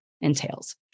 entails